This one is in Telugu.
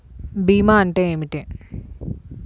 భీమా అంటే ఏమిటి?